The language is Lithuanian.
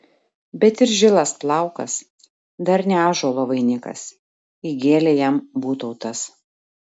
bet ir žilas plaukas dar ne ąžuolo vainikas įgėlė jam būtautas